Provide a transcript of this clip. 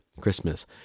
Christmas